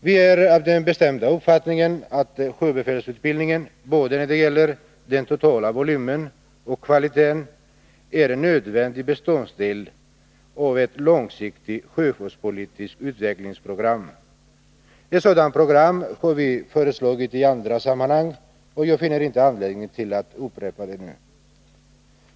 | Vi är av den bestämda uppfattningen att sjöbefälsutbildningen, både när det gäller den totala volymen och i fråga om kvaliteten, är en nödvändig beståndsdel i ett långsiktigt sjöfartspolitiskt utvecklingsprogram. Ett sådant program har vi föreslagit i andra sammanhang, och jag finner inte anledning att upprepa det nu.